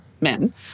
men